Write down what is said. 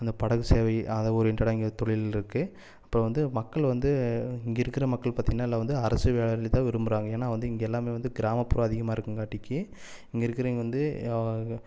அந்த படகு சேவை அதை ஓரியண்டடாக இங்கே தொழில் இருக்கு அப்புறோம் வந்து மக்கள் வந்து இங்கே இருக்கிற மக்கள் பார்த்திங்கன்னா எல்லாம் வந்து அரசு வேலைகளை தான் விரும்புகிறாங்க ஏன்னா வந்து இங்கே எல்லாமே வந்து கிராமப்புறம் அதிகமாக இருக்கங்காட்டிக்கு இங்கே இருக்குறவங்க வந்து